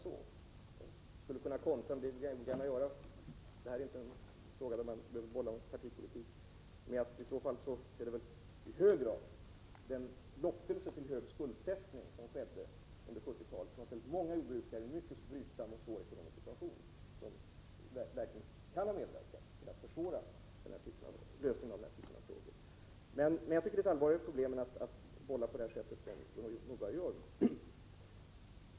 Jag skulle kunna kontra — även om jag ogärna gör det, eftersom detta inte är en fråga som man behöver bolla med partipolitiskt — med att det nog var lockelserna till hög skuldsättning under 70-talet som försatte många jordbrukare i en mycket brydsam och svår ekonomisk situation. Det kan ha medverkat till att försvåra lösningen av denna typ av problem. Jag tycker alltså att problemet är för allvarligt för att bolla med det på det sätt som Gudrun Norberg gjorde.